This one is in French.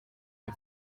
les